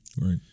Right